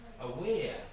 aware